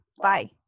bye